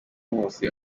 nkusi